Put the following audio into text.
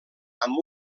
amb